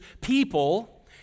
people